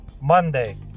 Monday